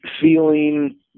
feeling